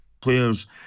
Players